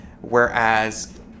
Whereas